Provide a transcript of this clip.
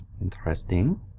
Interesting